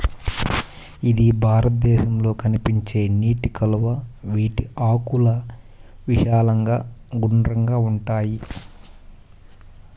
ఇది భారతదేశంలో కనిపించే నీటి కలువ, వీటి ఆకులు విశాలంగా గుండ్రంగా ఉంటాయి